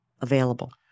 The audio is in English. Available